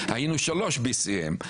היינו 3 BCM,